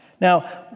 Now